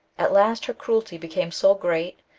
at last her cruelty became so great,